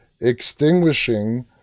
extinguishing